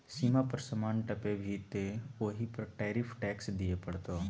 सीमा पर समान टपेभी तँ ओहि पर टैरिफ टैक्स दिअ पड़तौ